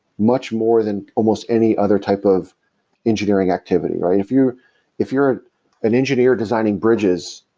much more than almost any other type of engineering activity, right? if you're if you're an engineer designing bridges,